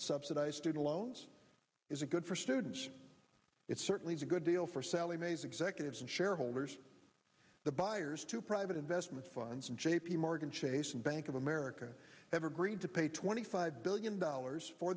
subsidize student loans is a good for students it certainly is a good deal for sallie mae's executives and shareholders the buyers to private investment funds and j p morgan chase and bank of america ever agreed to pay twenty five billion dollars for